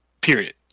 Period